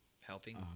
Helping